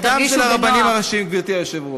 מעמדם של הרבנים הראשיים, גברתי היושבת-ראש,